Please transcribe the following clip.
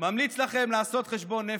ממליץ לכם לעשות חשבון נפש.